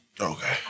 Okay